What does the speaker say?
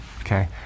okay